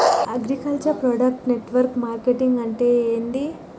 Agriculture product network marketing అంటే ఏంది?